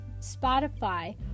Spotify